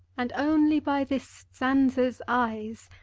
and only by this zanze's eyes